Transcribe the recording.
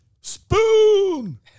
Spoon